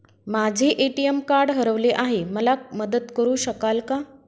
माझे ATM card हरवले आहे, मला मदत करु शकाल का?